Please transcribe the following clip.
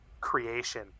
creation